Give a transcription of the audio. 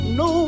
no